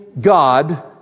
God